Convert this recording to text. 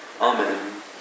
Amen